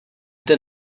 jde